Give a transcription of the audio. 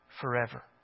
forever